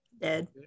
Dead